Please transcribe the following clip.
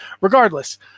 regardless